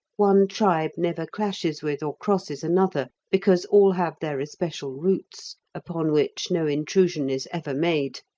one tribe never clashes with or crosses another, because all have their especial routes, upon which no intrusion is ever made.